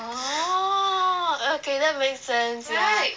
orh okay that makes sense ya